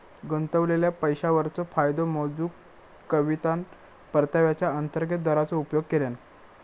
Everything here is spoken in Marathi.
गुंतवलेल्या पैशावरचो फायदो मेजूक कवितान परताव्याचा अंतर्गत दराचो उपयोग केल्यान